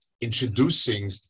introducing